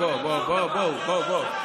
בוא, בוא, בוא.